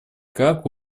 как